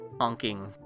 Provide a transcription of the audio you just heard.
honking